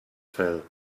fell